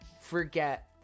forget